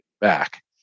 back